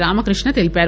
రామకృష్ణ తెలిపారు